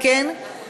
אם כן,